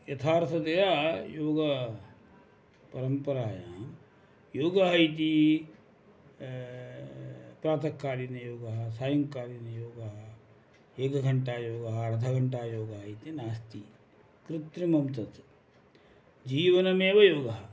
यथार्थतया योगपरम्परायां योगः इति प्रातःकालीनः योगः सायङ्कालीनः योगः एकघण्टायोगः अर्धघण्टायोगः इति नास्ति कृत्रिमं तत् जीवनमेव योगः